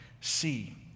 see